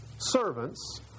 servants